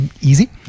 Easy